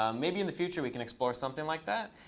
um maybe in the future, we can explore something like that.